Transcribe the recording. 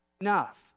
enough